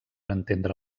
entendre